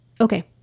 Okay